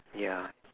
ya